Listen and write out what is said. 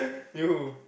you